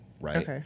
right